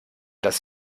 das